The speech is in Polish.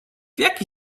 jaki